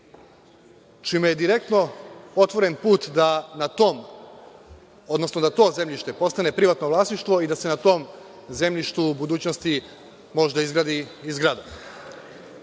čime je direktno otvoren put da to zemljište postane privatno vlasništvo i da se na tom zemljištu u budućnosti možda izgradi i zgrada. Da